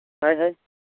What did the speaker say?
ᱦᱳᱭ ᱦᱳᱭ